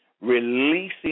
releasing